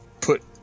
put